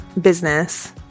business